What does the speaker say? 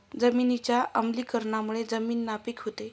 जमिनीच्या आम्लीकरणामुळे जमीन नापीक होते